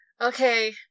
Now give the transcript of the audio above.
Okay